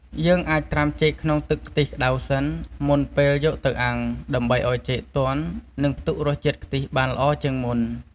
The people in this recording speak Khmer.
យើងអាចត្រាំចេកក្នុងទឹកខ្ទិះក្តៅសិន មុនពេលយកទៅអាំង ដើម្បីឱ្យចេកទន់ និងផ្ទុករសជាតិខ្ទិះបានល្អជាងមុន។